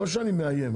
זה לא שאני מאיים,